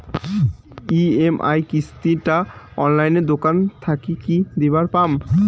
EMI কিস্তি টা অনলাইনে দোকান থাকি কি দিবার পাম?